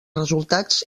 resultats